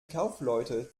kaufleute